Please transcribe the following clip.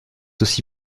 aussi